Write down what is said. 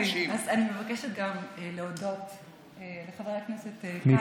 אני מבקשת גם להודות לחבר הכנסת כץ,